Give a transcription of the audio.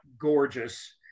gorgeous